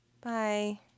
bye